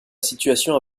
situation